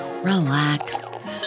relax